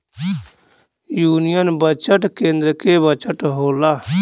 union budget केन्द्र के budget होला